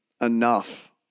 enough